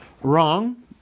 Wrong